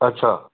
अच्छा